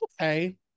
Okay